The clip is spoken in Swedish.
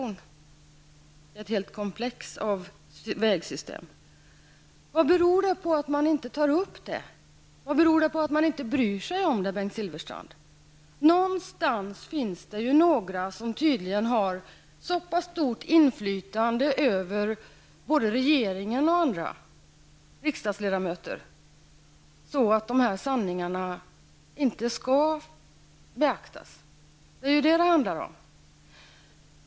Det handlar ju om ett helt komplex av vägsystem. Vad beror det på att man inte tar upp detta? Vad beror det på att man inte bryr sig om detta, Bengt Silfverstrand? Någonstans finns det ju några som tydligen har så pass stort inflytande över både regering och riksdagsledamöter att dessa sanningar inte beaktas. Det är ju detta det handlar om.